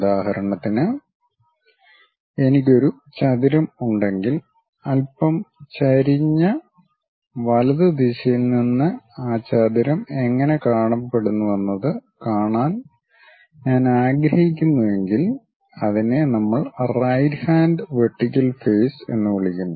ഉദാഹരണത്തിന് എനിക്ക് ഒരു ചതുരം ഉണ്ടെങ്കിൽ അല്പം ചരിഞ്ഞ വലത് ദിശയിൽ നിന്ന് ആ ചതുരം എങ്ങനെ കാണപ്പെടുന്നുവെന്നത് കാണാൻ ഞാൻ ആഗ്രഹിക്കുന്നുവെങ്കിൽ അതിനെ നമ്മൾ റൈറ്റ് ഹാൻഡ് വെർട്ടിക്കൽ ഫേസ് എന്ന് വിളിക്കുന്നു